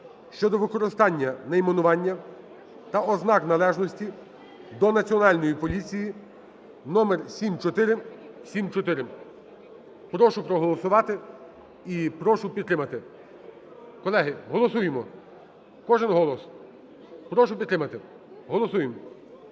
щодо використання найменування та ознак належності до Національної поліції (№ 7474). Прошу проголосувати і прошу підтримати. Колеги, голосуємо. Кожен голос. Прошу підтримати. Голосуємо.